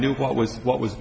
knew what was what was